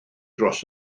dros